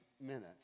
minutes